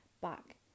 back